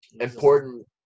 important –